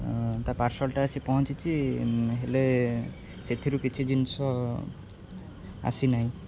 ତା ପାର୍ସଲ୍ଟା ଆସି ପହଞ୍ଚିଛି ହେଲେ ସେଥିରୁ କିଛି ଜିନିଷ ଆସିନାହିଁ